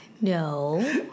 No